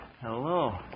Hello